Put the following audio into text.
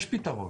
יש פתרון,